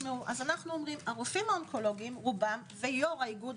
הרופאים האונקולוגיים רובם ויו"ר האיגוד